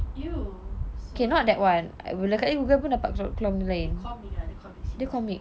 !eww! so ugly dia comic ah dia comic